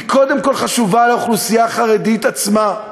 היא קודם כול חשובה לאוכלוסייה החרדית עצמה,